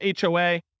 HOA